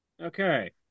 Okay